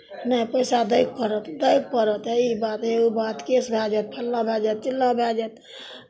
नहि पैसा दैके पड़त दैके पड़त हे ई बात हे ओ बात केस भए जायत फल्लाँ भए जायत चिल्लाँ भए जायत